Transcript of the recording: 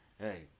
Hey